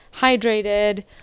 hydrated